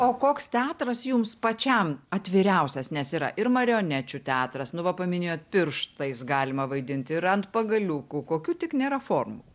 o koks teatras jums pačiam atviriausias nes yra ir marionečių teatras nu va paminėjot pirštais galima vaidint ir ant pagaliukų kokių tik nėra formų